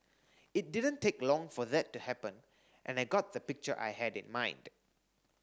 it didn't take long for that to happen and I got the picture I had in mind